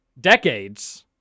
decades